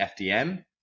FDM